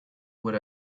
what